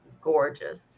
gorgeous